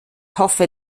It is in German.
hoffe